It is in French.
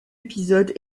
épisode